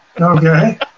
Okay